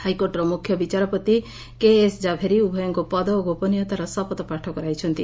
ହାଇକୋର୍ଟର ମୁଖ୍ୟ ବିଚାରପତି କେଏସ୍ ଝାଭେରୀ ଉଭୟଙ୍କୁ ପଦ ଓ ଗୋପନୀୟତାର ଶପଥପାଠ କରାଇଛନ୍ତି